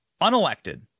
unelected